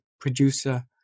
producer